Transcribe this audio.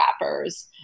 wrappers